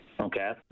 okay